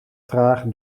traag